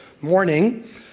morning